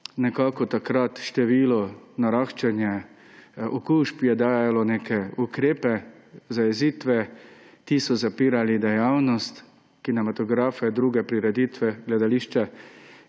nekako takrat naraščanje okužb dajalo neke ukrepe, zajezitve, ki so zapirali dejavnost: kinematografe, druge prireditve, gledališča,